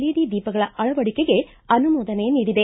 ಇಡಿ ದೀಪಗಳ ಅಳವಡಿಕೆಗೆ ಅನುಮೋದನೆ ನೀಡಿದೆ